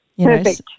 Perfect